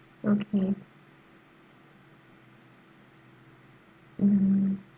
okay mmhmm